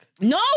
no